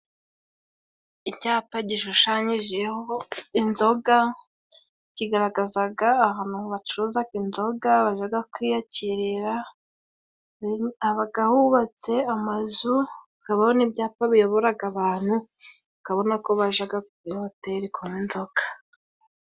Icyapa gishushanyijeho inzoga kigaragazaga ahantu bacuruza inzoga bajaga kwiyakirira habaga hubatse amazu hakabaho n' ibyapa biyoboraga abantu bakabona ko bajaga kuri hoteli kunywa inzoga.